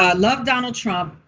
um love donald trump,